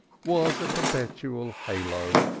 was a perpetual halo.